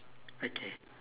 okay